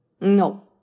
No